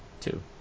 two